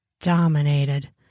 dominated